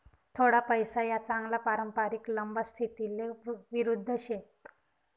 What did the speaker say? थोडा पैसा या चांगला पारंपरिक लंबा स्थितीले विरुध्द शेत